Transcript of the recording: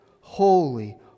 holy